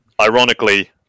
ironically